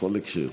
בכל הקשר.